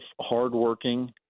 hardworking